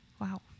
Wow